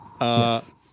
Yes